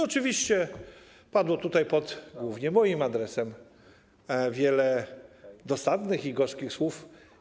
Oczywiście padło tutaj, głównie pod moim adresem, wiele dosadnych i gorzkich słów.